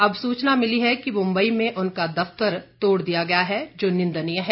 अब सुचना मिली है कि मुम्बई में उनका दफतर तोड़ दिया गया है जो निंदनीय है